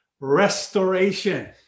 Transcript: Restoration